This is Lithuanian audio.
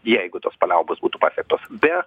jeigu tos paliaubos būtų pasiektos be